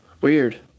Weird